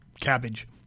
cabbage